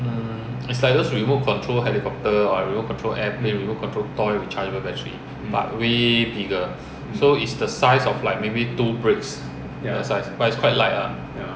is like those remote control helicopter or remote control airplane remote control toy with rechargeable battery but way bigger so it's the size of like maybe two bricks the size but it's quite light lah